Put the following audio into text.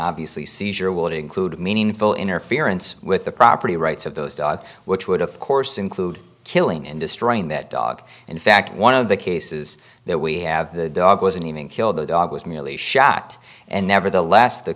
obviously seizure would include meaningful interference with the property rights of those dogs which would of course include killing and destroying that dog in fact one of the cases that we have the dog was an even killed the dog was merely shot and never the less the